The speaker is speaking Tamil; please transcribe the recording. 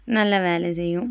நல்ல வேலை செய்யும்